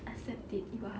accept it you are